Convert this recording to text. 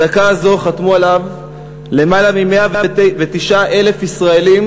עד הדקה הזאת חתמו עליו יותר מ-109,000 ישראלים,